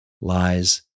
lies